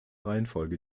reihenfolge